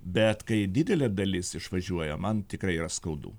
bet kai didelė dalis išvažiuoja man tikrai yra skaudu